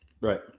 right